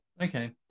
Okay